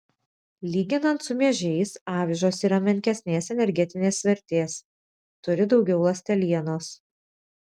lyginant su miežiais avižos yra menkesnės energetinės vertės turi daugiau ląstelienos